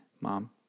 mom